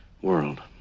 world